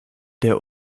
der